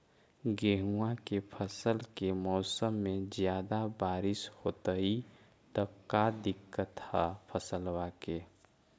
गेहुआ के फसल के मौसम में ज्यादा बारिश होतई त का दिक्कत हैं फसल के?